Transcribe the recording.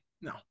No